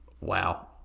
Wow